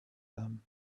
them